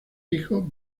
hijos